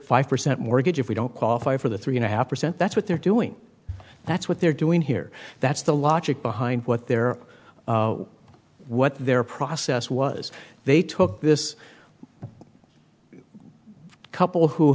five percent mortgage if we don't qualify for the three and a half percent that's what they're doing that's what they're doing here that's the logic behind what they're what their process was they took this couple